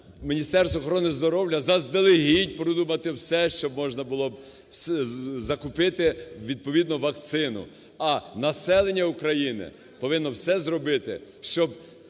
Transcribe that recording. Міністерство охорони здоров'я заздалегідь продумати все, щоб можна було б закупити відповідну вакцину. А населення України повинно все зробити, щоб